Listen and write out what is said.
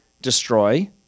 destroy